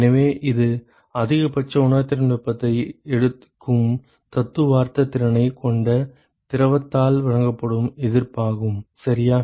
எனவே இது அதிகபட்ச உணர்திறன் வெப்பத்தை எடுக்கும் தத்துவார்த்த திறனைக் கொண்ட திரவத்தால் வழங்கப்படும் எதிர்ப்பாகும் சரியா